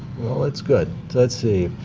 well, that's good. let's see.